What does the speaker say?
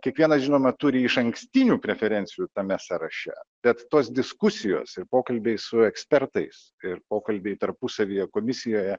kiekvienas žinoma turi išankstinių preferencijų tame sąraše bet tos diskusijos ir pokalbiai su ekspertais ir pokalbiai tarpusavyje komisijoje